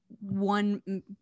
one